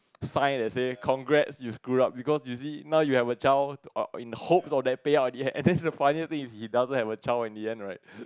sign and said congrats you screw up because you see now you have a child in hope of that payout and then the funniest thing is he doesn't have a child in the end right